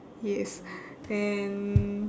yes then